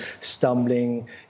stumbling